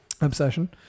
Obsession